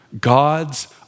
God's